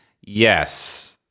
yes